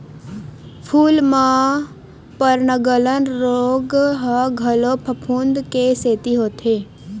फूल म पर्नगलन रोग ह घलो फफूंद के सेती होथे